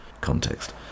context